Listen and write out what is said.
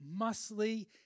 muscly